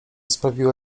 sprawiło